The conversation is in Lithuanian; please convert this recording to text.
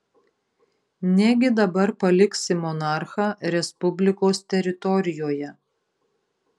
negi dabar paliksi monarchą respublikos teritorijoje